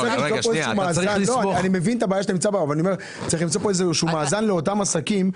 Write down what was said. צריך למצוא איזה שהוא מאזן לאותם עסקים.